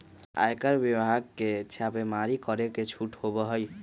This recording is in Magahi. आयकर विभाग के छापेमारी करे के छूट होबा हई